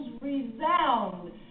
resound